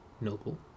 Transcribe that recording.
Noble